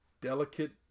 delicate